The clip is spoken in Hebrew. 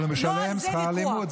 אבל הוא משלם שכר לימוד,